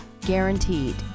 guaranteed